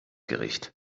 gericht